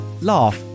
Laugh